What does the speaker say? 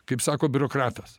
kaip sako biurokratas